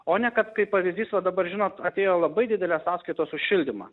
o ne kad kaip pavyzdys va dabar žinot atėjo labai didelės sąskaitos už šildymą